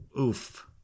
Oof